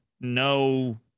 no